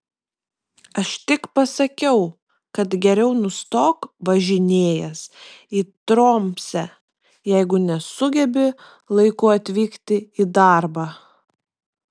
aš tik pasakiau kad geriau nustok važinėjęs į tromsę jeigu nesugebi laiku atvykti į darbą